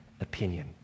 opinion